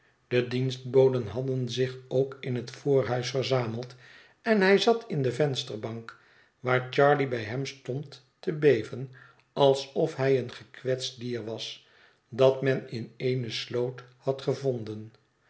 de dienstboden hadden zich ook in het voorhuis verzameld en hij zat in de vensterbank waar charley bij hem stond te beven alsof hij een gekwetst dier was dat men in eene sloot had gevonden